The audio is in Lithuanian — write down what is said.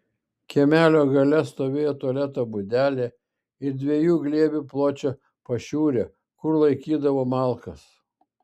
kiemelio gale stovėjo tualeto būdelė ir dviejų glėbių pločio pašiūrė kur laikydavo malkas